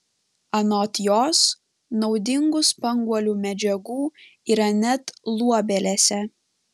anot jos naudingų spanguolių medžiagų yra net luobelėse